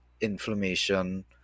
inflammation